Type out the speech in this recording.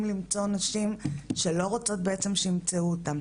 למצוא נשים שלא רוצות שימצאו אותן,